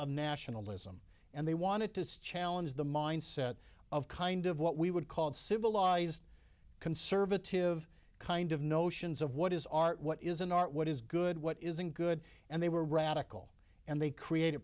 of nationalism and they wanted to challenge the mindset of kind of what we would called civilized conservative kind of notions of what is art what is an art what is good what isn't good and they were radical and they create